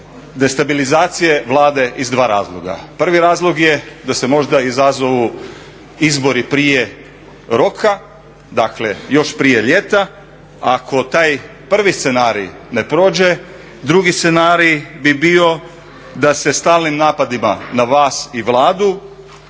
destabilizacije Vlade iz dva razloga. Prvi razlog je da se možda izazovu izbori prije roka, dakle još prije ljeta. Ako taj prvi scenarij ne prođe, drugi scenarij bi bio da se stalnim napadima na vas i Vlada